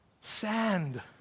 sand